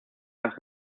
las